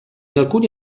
alcuni